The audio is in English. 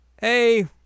hey